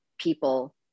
people